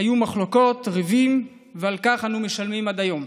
היו מחלוקות, ריבים, ועל כך אנו משלמים עד היום.